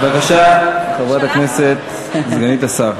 בבקשה, חברת הכנסת סגנית השר.